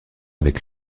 avec